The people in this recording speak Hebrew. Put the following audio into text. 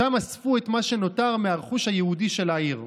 שם אספו את מה שנותר מהרכוש היהודי של העיר.